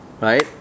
right